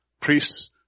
priests